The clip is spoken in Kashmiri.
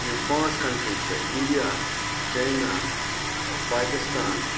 یِم پانٛژھ کَنٹِرٛی چھِ اِنڈیا چاینا پاکِستان